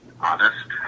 honest